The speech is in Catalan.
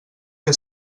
que